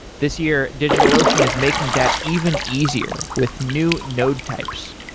this year, digitalocean is making that even easier with new node types.